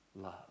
love